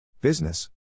Business